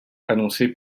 annoncé